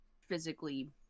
physically